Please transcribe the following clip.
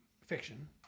Fiction